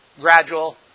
gradual